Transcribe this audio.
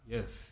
Yes